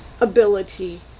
ability